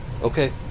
Okay